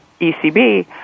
ECB